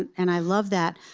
and i love that.